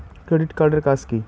Credit card এর কাজ কি?